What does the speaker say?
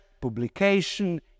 publication